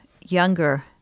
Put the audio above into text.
younger